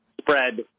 spread